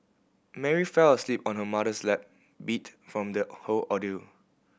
Mary fell asleep on her mother's lap beat from the whole ordeal